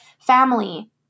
family